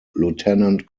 lieutenant